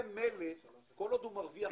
מלט כל עוד הוא מרוויח.